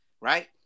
Right